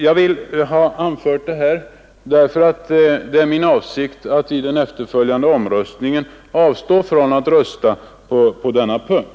Jag har velat anföra detta, eftersom det är min avsikt att i den efterföljande omröstningen avstå från att rösta på denna punkt.